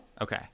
Okay